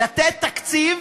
לתת תקציב